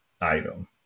item